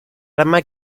arma